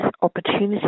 opportunities